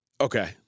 Okay